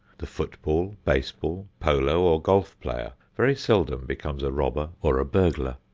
the foot-ball, base-ball, polo or golf player very seldom becomes a robber or a burglar.